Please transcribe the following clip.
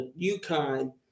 UConn